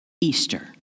Easter